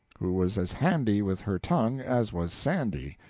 who was as handy with her tongue as was sandy,